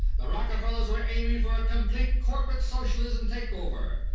the rockefellers were aiming for a complete corporate socialism take-over,